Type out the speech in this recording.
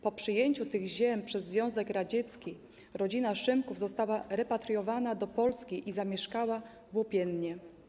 Po przejęciu tych ziem przez Związek Radziecki rodzina Szymkowów została repatriowana do Polski i zamieszkała w Łopiennie.